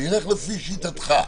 אני אלך לפי שיטתך.